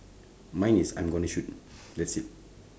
mine is I'm gonna shoot that's it